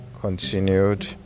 continued